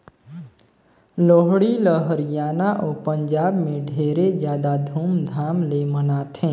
लोहड़ी ल हरियाना अउ पंजाब में ढेरे जादा धूमधाम ले मनाथें